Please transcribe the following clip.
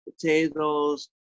potatoes